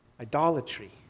idolatry